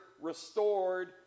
restored